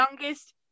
youngest